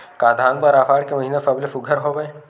का धान बर आषाढ़ के महिना सबले सुघ्घर हवय?